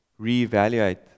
reevaluate